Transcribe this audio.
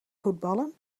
voetballen